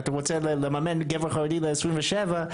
אתה רוצה לממן גבר חרדי בן 27,